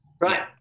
right